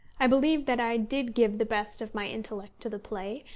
i believe that i did give the best of my intellect to the play,